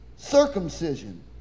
Circumcision